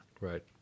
Right